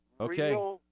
okay